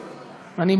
אני,